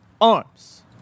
arms